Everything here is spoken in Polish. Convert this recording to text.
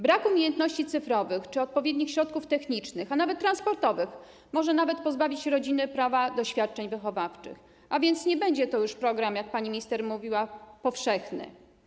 Brak umiejętności cyfrowych czy odpowiednich środków technicznych, a nawet transportowych może nawet pozbawić rodziny prawa do świadczeń wychowawczych, a więc nie będzie to już program, jak pani minister mówiła, powszechny.